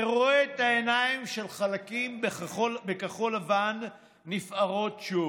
ורואה את העיניים של חלקים בכחול לבן נפערות שוב.